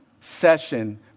session